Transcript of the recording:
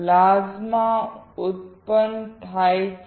plasma ઉત્પન્ન થાય છે